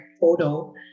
photo